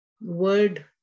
word